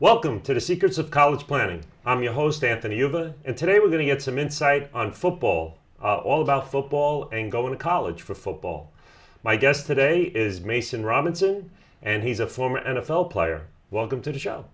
welcome to the secrets of college planning i'm your host anthony uva and today we're going to get some insight on football all about football and going to college for football my guest today is mason robinson and he's a former n f l player welcome to